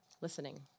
listening